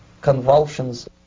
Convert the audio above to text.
convulsions